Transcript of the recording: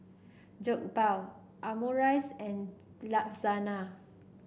Jokbal Omurice and Lasagna